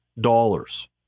dollars